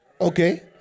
Okay